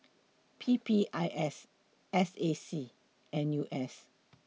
P P I S S A C N U S